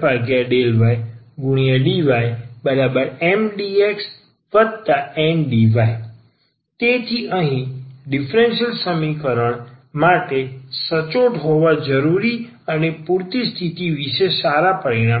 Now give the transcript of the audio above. ∂f∂xdx∂f∂ydyMdxNdy તેથી અહીં ડીફરન્સીયલ સમીકરણ માટે સચોટ હોવા માટે જરૂરી અને પૂરતી સ્થિતિ વિશે સારા પરિણામ છે